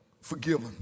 forgiven